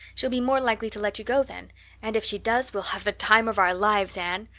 she'll be more likely to let you go then and if she does we'll have the time of our lives, anne.